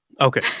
Okay